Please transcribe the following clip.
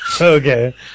Okay